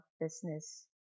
Business